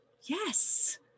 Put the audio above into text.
Yes